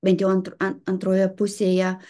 bant jau ant an antroje pusėje